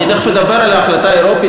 אני תכף אדבר על ההחלטה האירופית.